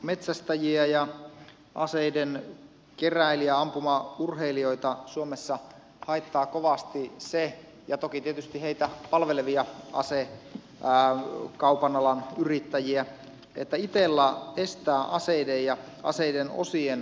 metsästäjiä ja aseiden keräilijöitä ampumaurheilijoita suomessa haittaa kovasti se ja toki tietysti heitä palvelevia asekaupan alan yrittäjiä että itella estää aseiden ja aseiden osien kuljetuksen